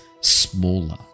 smaller